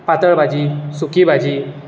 पातळ भाजी सुकी भाजी